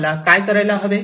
मला काय करायला हवे